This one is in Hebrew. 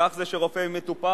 כך זה רופא עם מטופל,